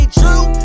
true